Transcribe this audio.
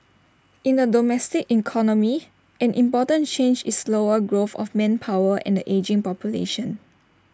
in the domestic economy an important change is slower growth of manpower and the ageing population